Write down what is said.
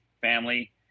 family